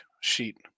sheet